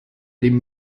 dem